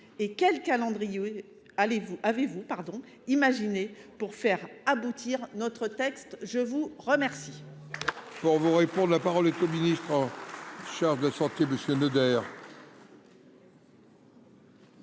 Et quel calendrier avez-vous imaginé pour faire aboutir notre texte ? Je vous remercie.